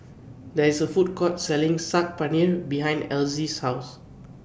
There IS A Food Court Selling Saag Paneer behind Elzy's House